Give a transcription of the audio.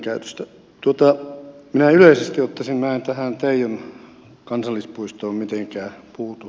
minä en yleisesti ottaen tähän teijon kansallispuistoon mitenkään puutu